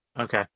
okay